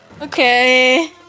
Okay